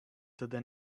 tada